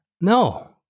no